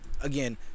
Again